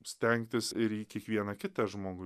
stengtis ir į kiekvieną kitą žmogų